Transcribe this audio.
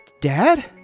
Dad